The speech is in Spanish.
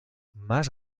más